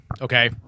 okay